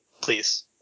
please